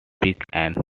peter